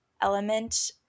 element